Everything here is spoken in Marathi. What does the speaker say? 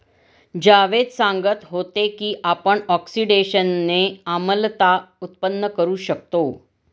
जावेद सांगत होते की आपण ऑक्सिडेशनने आम्लता उत्पन्न करू शकतो